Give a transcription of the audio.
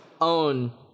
own